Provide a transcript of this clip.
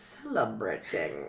Celebrating